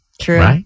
true